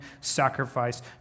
sacrifice